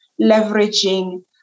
leveraging